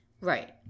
Right